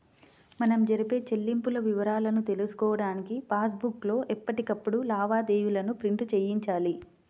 మనం జరిపే చెల్లింపుల వివరాలను తెలుసుకోడానికి పాస్ బుక్ లో ఎప్పటికప్పుడు లావాదేవీలను ప్రింట్ చేయించాలి